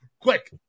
Quick